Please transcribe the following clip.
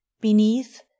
Beneath